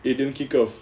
it didn't kick off